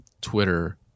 Twitter